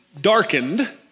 darkened